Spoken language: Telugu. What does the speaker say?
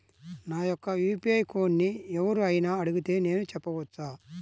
నా యొక్క యూ.పీ.ఐ కోడ్ని ఎవరు అయినా అడిగితే నేను చెప్పవచ్చా?